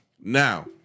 Now